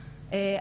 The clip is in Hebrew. ומעדיפים,